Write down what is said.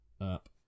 up